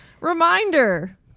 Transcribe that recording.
Reminder